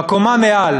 בקומה מעל